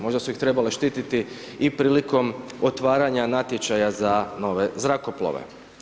Možda su ih trebali štititi i prilikom otvaranja natječaja za nove zrakoplove.